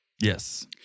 Yes